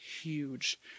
huge